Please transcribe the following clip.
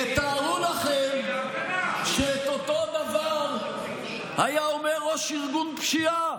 תארו לכם שאת אותו דבר היה אומר ראש ארגון פשיעה,